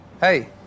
Hey